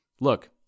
Look